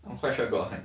I'm quite sure about that